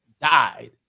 died